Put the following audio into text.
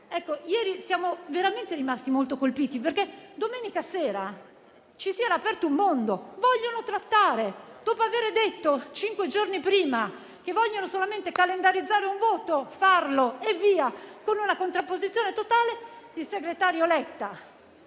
siamo veramente rimasti molto colpiti, perché domenica sera ci si era aperto un mondo: vogliono trattare. Dopo aver detto cinque giorni prima che vogliono solamente calendarizzare un voto, farlo e basta, con una contrapposizione totale, il segretario Letta